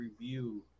review